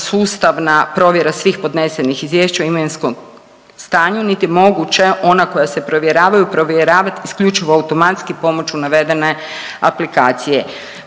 sustavna provjera svih podnesenih izvješća o imovinskom stanju, niti moguće ona koja se provjeravaju provjeravat isključivo automatski pomoću navedene aplikacije.